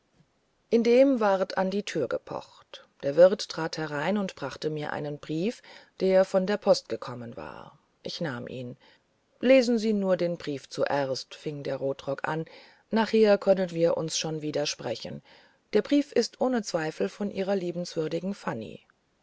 indem ward an die türe gepocht der wirt trat herein und brachte mir einen brief der von der post gekommen war ich nahm ihn lesen sie nur den brief erst fing der rotrock an nachher können wir schon wieder sprechen der brief ist ohne zweifel von ihrer liebenswürdigen fanny